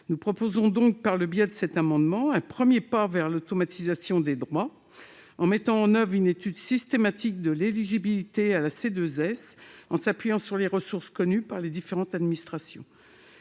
Nous proposons donc, par cet amendement, un premier pas vers l'automatisation des droits, en mettant en oeuvre une étude systématique de l'éligibilité à la C2S, qui s'appuiera sur les ressources connues par les différentes administrations.